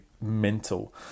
mental